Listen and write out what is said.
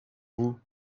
vous